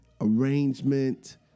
arrangement